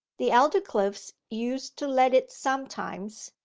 the aldycliffes used to let it sometimes,